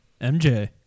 MJ